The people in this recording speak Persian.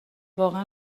واقعا